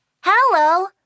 Hello